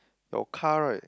your car right